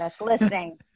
listening